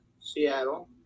Seattle